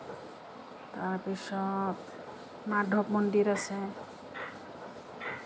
তাৰপিছত মাধৱ মন্দিৰ আছে